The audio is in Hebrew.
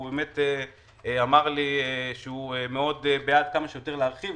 הוא אמר לי שהוא מאוד בעד כמה שיותר להרחיב.